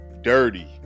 dirty